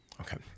Okay